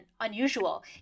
unusual